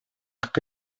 как